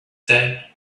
said